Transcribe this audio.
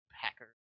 hacker